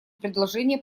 предложение